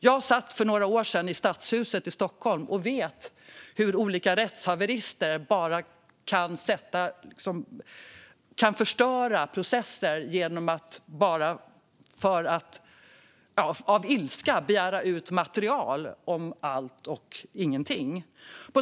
Jag satt för några år sedan i stadshuset i Stockholm och vet att rättshaverister kan förstöra processer genom att av ilska begära ut material om allt och ingenting.